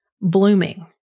blooming